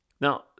Now